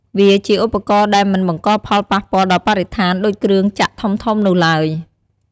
វាជាឧបករណ៍ដែលមិនបង្កផលប៉ះពាល់ដល់បរិស្ថានដូចគ្រឿងចក្រធំៗនោះឡើយ។